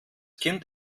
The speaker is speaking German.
kind